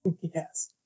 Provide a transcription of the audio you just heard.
Yes